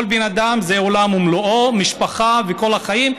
כל בן אדם זה עולם ומלואו, משפחה וכל החיים.